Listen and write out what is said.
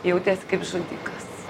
jautiesi kaip žudikas